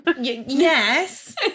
Yes